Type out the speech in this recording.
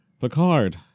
Picard